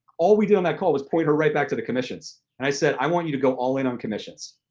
all we do on that call was point her right back to the commissions. and i said, i want you to go all-in and on commissions.